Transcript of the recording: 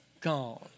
gone